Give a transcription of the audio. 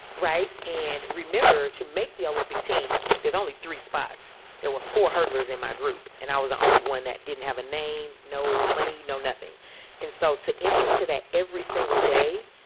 right. and remember to make the olympic team. there's only three spots. there were four hurdlers in my group, and i was the only one that didn't have a name. no money, no nothing in. so to enter into that. every single day,